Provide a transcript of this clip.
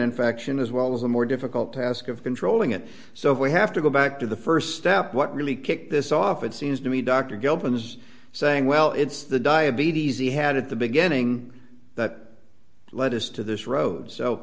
infection as well as the more difficult task of controlling it so we have to go back to the st step what really kicked this off it seems to me dr gilpin's saying well it's the diabetes he had at the beginning that led us to this road so